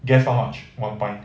guess how much one pint